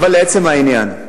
לעצם העניין.